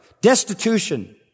destitution